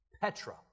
Petra